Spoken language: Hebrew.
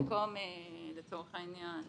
במקום לצורך העניין